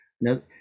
Now